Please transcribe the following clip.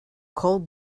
cold